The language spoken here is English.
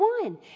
one